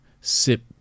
SIP